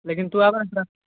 लेकिन तू आबह तऽ